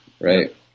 Right